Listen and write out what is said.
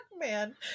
man